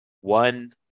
one